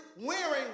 wearing